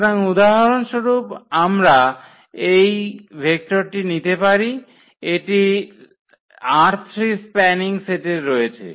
সুতরাং উদাহরণস্বরূপ আমরা এই ভেক্টরটি নিতে পারি এটি স্প্যানিং সেটের রয়েছে